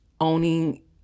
owning